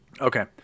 Okay